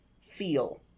feel